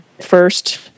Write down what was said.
first